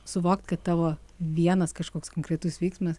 suvokt kad tavo vienas kažkoks konkretus veiksmas